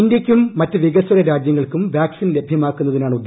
ഇന്ത്യക്കും മറ്റ് വികസ്വര രാജ്യങ്ങൾക്കും വാക്സിൻ ലഭ്യമാക്കുന്നതിനാണ് ഉദ്ദേശ്യം